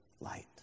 light